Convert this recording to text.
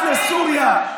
את, לסוריה.